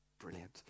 brilliant